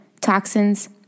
toxins